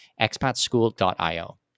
expatschool.io